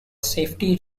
safety